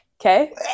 okay